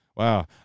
Wow